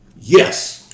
Yes